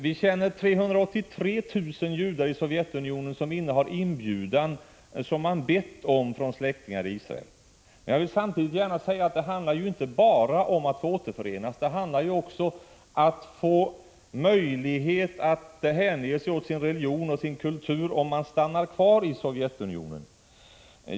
Vi känner till att 383 000 judar i Sovjetunionen har inbjudan som man bett om från släktingar i Israel. Men det handlar inte bara om att återförenas — det handlar också om att få möjligheter att hänge sig åt sin religion och sin kultur om man stannar kvar i Sovjetunionen.